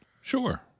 Sure